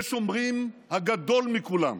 יש אומרים הגדול מכולם: